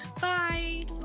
Bye